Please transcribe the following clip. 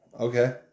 Okay